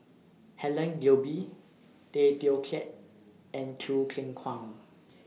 Helen Gilbey Tay Teow Kiat and Choo Keng Kwang